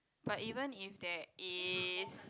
but even if there is